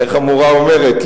איך המורה אומרת?